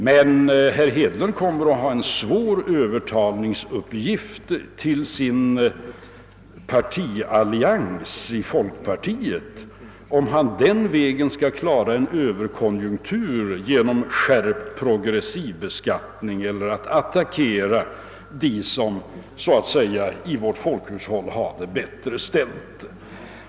Men herr Hedlund kommer att få en svår övertalningsuppgift inom sin partiallians med folkpartiet, om han skall klara en överkonjunktur genom en skärpt progressiv beskattning eller genom att attackera dem som i övrigt har det bättre ställt i vårt folkhushåll.